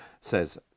says